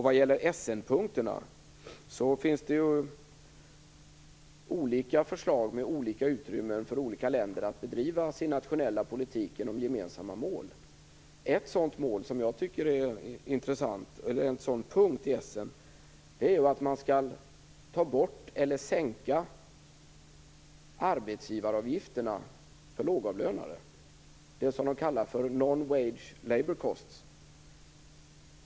Vad gäller Essenpunkterna finns det olika förslag med olika utrymme för olika länder att bedriva sin nationella politik genom gemensamma mål. En sådan punkt i Essenöverenskommelsen som jag tycker är intressant är att man skall ta bort eller sänka arbetsgivaravgifterna för lågavlönade, det som man kallar för non-wage labour costs.